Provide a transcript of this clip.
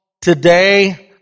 today